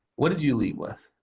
what did you leave with?